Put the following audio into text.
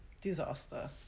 disaster